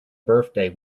birthday